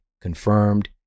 confirmed